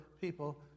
people